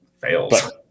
fails